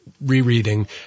rereading